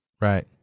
Right